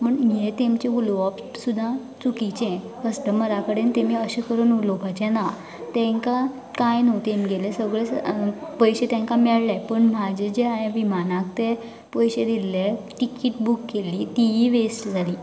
म्हूण यें तेंमचें उलोवप सुदां चुकीचें कस्टमरा कडेन तेमी अशें करून उलोवपाचें ना तेंकां कांय नू तेमगेलें सगलें पयशे तेंका मेळ्ळें पूण म्हाजें जे हायेंन विमानाक तें पयशे दिल्ले तिकीट बूक केल्ली ती वेस्ट जाली